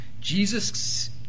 Jesus